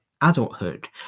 adulthood